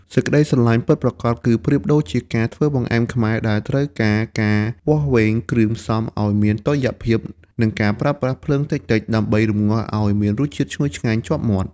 សេចក្ដីស្រឡាញ់ពិតប្រាកដគឺប្រៀបដូចជាការធ្វើបង្អែមខ្មែរ ដែលត្រូវការការវាស់វែងគ្រឿងផ្សំឱ្យមានតុល្យភាព និងការប្រើប្រាស់ភ្លើងតិចៗដើម្បីរម្ងាស់ឱ្យមានរសជាតិឈ្ងុយឆ្ងាញ់ជាប់មាត់។